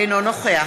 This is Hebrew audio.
אינו נוכח